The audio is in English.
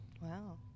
wow